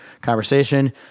conversation